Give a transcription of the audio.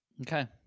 Okay